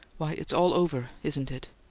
why, it's all over, isn't it?